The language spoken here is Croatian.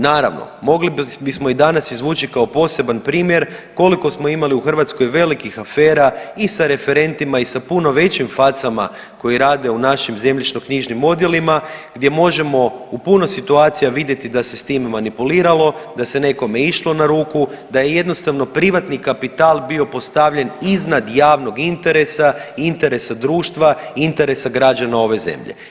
Naravno, mogli bismo i danas izvući kao poseban primjer koliko smo imali u Hrvatskoj velikih afera i sa referentima i sa puno većim facama koji rade u našim zemljišnoknjižnim odjelima gdje možemo u puno situacija vidjeti da se s tim manipuliralo, da se nekome išlo na ruku, da je jednostavno privatni kapital bio postavljen iznad javnog interesa i interesa društva i interesa građana ove zemlje.